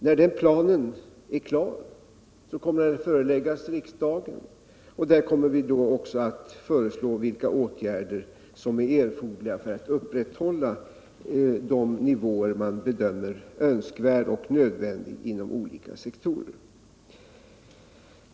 När den planen är klar kommer den att föreläggas riksdagen, och då kommer vi också att föreslå de åtgärder som är erforderliga för att upprätthålla de nivåer som bedöms vara önskvärda och nödvändiga inom olika sektorer.